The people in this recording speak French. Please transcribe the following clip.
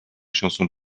chansons